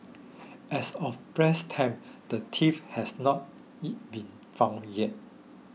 as of press time the thief has not been found yet